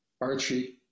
Archie